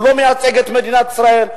הוא לא מייצג את מדינת ישראל.